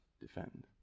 defend